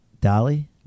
Dolly